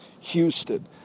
Houston